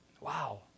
Wow